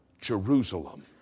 Jerusalem